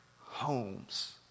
homes